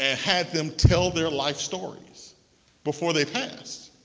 ah had them tell their life stories before they passed.